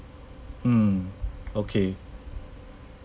mm okay